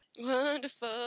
Wonderful